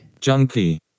Junkie